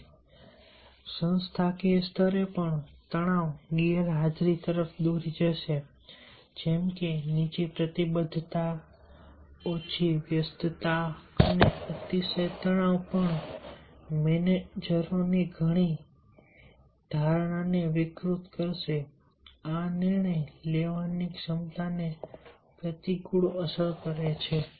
અને સંસ્થાકીય સ્તરે પણ તણાવ ગેરહાજરી તરફ દોરી જશે જેમકે નીચી પ્રતિબદ્ધતા ઓછી વ્યસ્તતા અને અતિશય તણાવ પણ મેનેજરોની ધારણાને વિકૃત કરશે આ નિર્ણય લેવાની ક્ષમતાને પ્રતિકૂળ અસર કરે છે